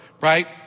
right